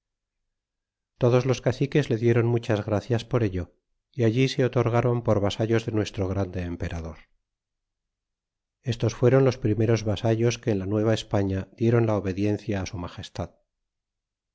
todos los caciques le diéron muchas gracias por ello y allí se o torgáron por vasallos de nuestro grande emperador y estos fuéron los primeros vasallos que en la nueva españa dieron la obediencia su magestad